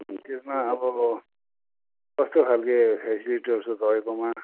त्यसमा अब कस्तो खालके फ्यासिलिटीहरू छ तपाईँकोमा